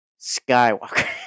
Skywalker